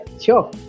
Sure